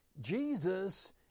Jesus